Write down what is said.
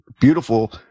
beautiful